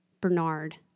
Bernard